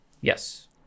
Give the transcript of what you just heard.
Yes